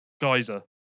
Geyser